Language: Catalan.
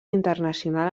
internacional